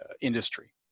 industry